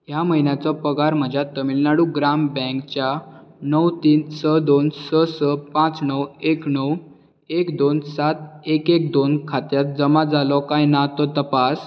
ह्या म्हयन्याचो पगार म्हज्या तमिळ नाडू ग्राम बँकच्या णव तीन स दोन स स पांच णव एक णव एक दोन सात एक एक दोन खात्यांत जमा जालो कांय ना तो तपास